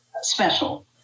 special